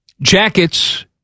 Jackets